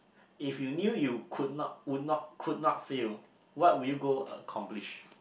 if you knew you could not would not could not failed what would you go uh accomplish